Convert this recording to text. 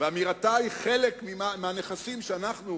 ואמירתה היא חלק מהנכסים שאנחנו